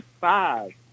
five